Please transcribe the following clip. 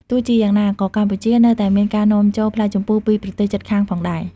ទោះជាយ៉ាងណា ក៏កម្ពុជានៅតែមានការនាំចូលផ្លែជម្ពូពីប្រទេសជិតខាងផងដែរ។